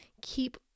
Keep